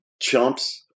chumps